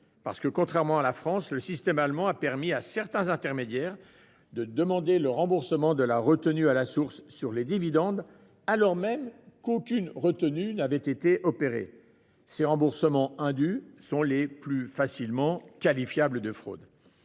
effet, contrairement à la France, le système allemand a permis à certains intermédiaires de demander le remboursement de la retenue à la source sur les dividendes, alors même qu'aucune retenue n'avait été opérée. Ces remboursements indus sont les plus facilement qualifiables de fraude.